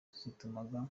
zatumaga